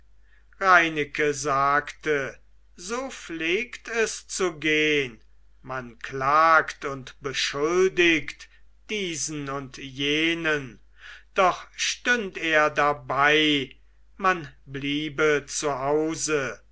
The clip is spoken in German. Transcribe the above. reineke sagte so pflegt es zu gehn man klagt und beschuldigt diesen und jenen doch stünde er dabei man bliebe